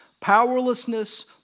powerlessness